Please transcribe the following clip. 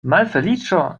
malfeliĉo